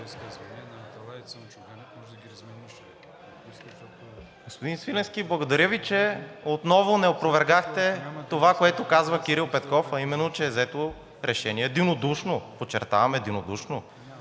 Господи Свиленски, благодаря Ви, че отново не опровергахте това, което казва Кирил Петков, а именно, че е взето решение единодушно, подчертавам, единодушно.